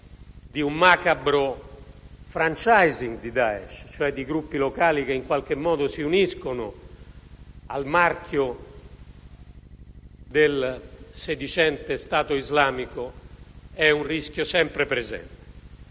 di un macabro *franchising* di Daesh, cioè di gruppi locali che si uniscono al marchio del sedicente Stato islamico, è un rischio sempre presente.